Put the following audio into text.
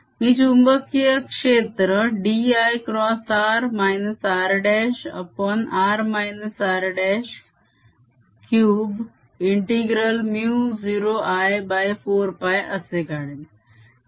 मी चुंबकीय क्षेत्र dlxr r'r r'3∫μ0I4π असे काढेन